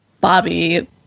Bobby